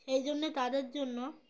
সেই জন্যে তাদের জন্য